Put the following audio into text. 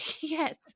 Yes